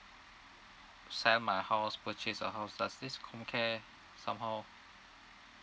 sell my house purchase a house does this comcare somehow